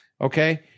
Okay